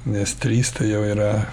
nes trys tai jau yra